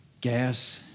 gas